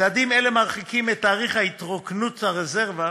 צעדים אלה מרחיקים את תאריך התרוקנות הרזרבה,